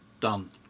done